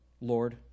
Lord